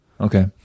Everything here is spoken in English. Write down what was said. Okay